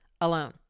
alone